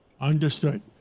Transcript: Understood